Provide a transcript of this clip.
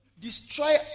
destroy